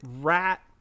rat